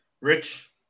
Rich